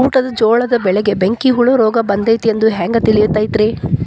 ಊಟದ ಜೋಳದ ಬೆಳೆಗೆ ಬೆಂಕಿ ಹುಳ ರೋಗ ಬಂದೈತಿ ಎಂದು ಹ್ಯಾಂಗ ತಿಳಿತೈತರೇ?